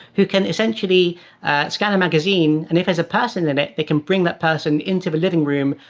who can essentially scan a magazine, and if there's a person in it, they can bring that person into the living room,